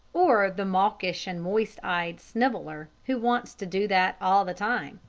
or the mawkish and moist-eyed sniveller who wants to do that all the time?